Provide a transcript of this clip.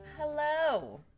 Hello